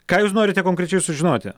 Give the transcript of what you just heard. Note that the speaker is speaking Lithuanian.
ką jūs norite konkrečiai sužinoti